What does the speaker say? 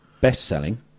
best-selling